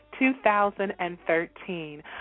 2013